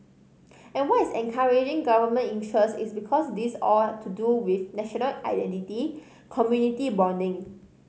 and what is encouraging Government interest is because this all to do with national identity community bonding